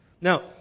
Now